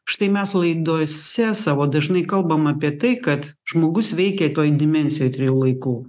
štai mes laidose savo dažnai kalbam apie tai kad žmogus veikė toj dimensijoj trijų laikų